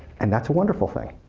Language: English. and that's a wonderful thing.